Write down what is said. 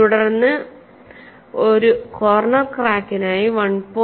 തുടർന്ന് ഒരു കോർണർ ക്രാക്കിനായി 1